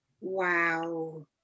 Wow